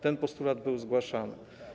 Ten postulat był zgłaszany.